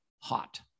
hot